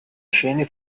scene